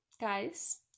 guys